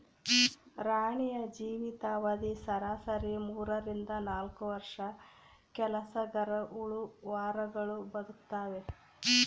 ರಾಣಿಯ ಜೀವಿತ ಅವಧಿ ಸರಾಸರಿ ಮೂರರಿಂದ ನಾಲ್ಕು ವರ್ಷ ಕೆಲಸಗರಹುಳು ವಾರಗಳು ಬದುಕ್ತಾವೆ